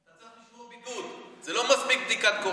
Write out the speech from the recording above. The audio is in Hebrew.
תבין, זה לא פותר את ההדבקה.